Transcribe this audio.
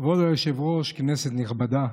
כבוד היושב-ראש, כנסת נכבדה,